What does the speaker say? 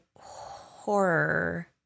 horror